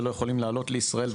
ולא יכולים לעלות לישראל,